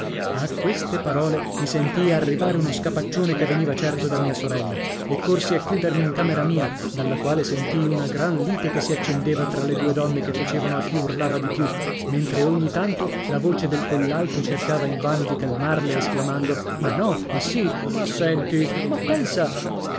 a queste parole mi sentii arrivare uno scapaccione che veniva certo da mia sorella e corsi a chiudermi in camera mia dalla quale sentii una gran lite che si accendeva tra le due donne che facevano a chi urlava di più mentre ogni tanto la voce del collalto cercava invano di calmarle esclamando ma no ma sì ma senti ma pensa